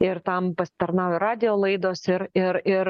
ir tam pasitarnauja radijo laidos ir ir ir